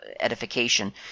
edification